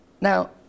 Now